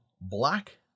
black